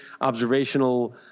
observational